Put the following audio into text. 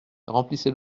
remplissez